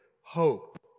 hope